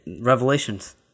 Revelations